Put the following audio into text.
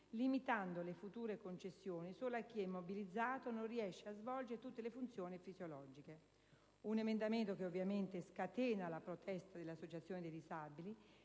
limitando le future concessioni solo a chi è immobilizzato o non riesce a svolgere tutte le funzioni fisiologiche. Tale emendamento ovviamente scatena la protesta delle associazioni dei disabili,